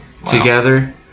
together